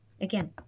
again